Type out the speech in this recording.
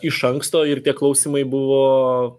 iš anksto ir tie klausymai buvo